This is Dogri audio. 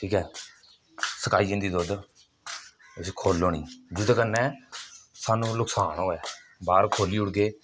ठीक ऐ सकाई दिंदी दुद्ध उसी खोलो नेईं ओह्दे कन्नै सानू नकसान होऐ बाह्र खोली ओड़गे